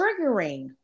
triggering